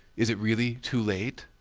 is it really too late?